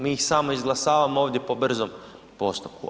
Mi ih samo izglasavamo ovdje po brzom postupku.